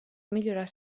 millorar